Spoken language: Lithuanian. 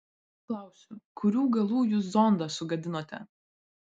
klausiu kurių galų jūs zondą sugadinote